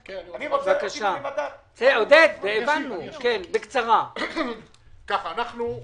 יש שני סוגי תקציבים שקשורים למירון ומגיעים באמצעותנו.